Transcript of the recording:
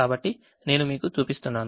కాబట్టి నేను మీకు చూపిస్తున్నాను